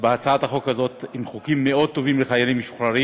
בהצעת החוק הזאת הם חוקים מאוד טובים לחיילים משוחררים.